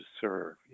serve